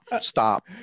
stop